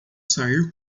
sair